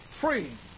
free